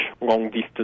long-distance